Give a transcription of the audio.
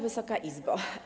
Wysoka Izbo!